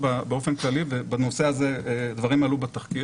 באופן כללי ובנושא הזה דברים עלו בתחקיר,